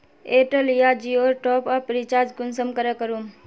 Airtel या जियोर top up recharge कुंसम करे करूम?